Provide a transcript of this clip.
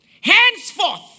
Henceforth